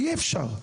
אי אפשר.